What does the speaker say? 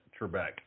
Trebek